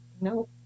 No